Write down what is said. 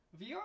vr